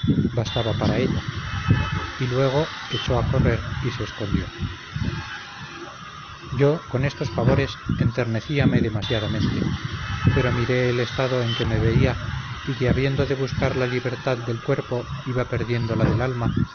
bastaba para ella y luego echó a correr y se escondió yo con estos favores enternecíame demasiadamente pero miré el estado en que me vía y que habiendo de buscar la libertad del cuerpo iba perdiendo la del alma